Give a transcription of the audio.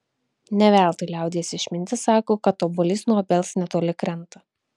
ne veltui liaudies išmintis sako kad obuolys nuo obels netoli krenta